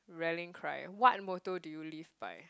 rallying cry what motto do you live by